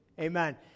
Amen